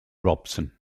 robson